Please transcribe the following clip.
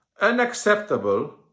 unacceptable